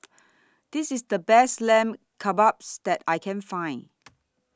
This IS The Best Lamb Kebabs that I Can Find